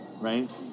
right